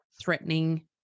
threatening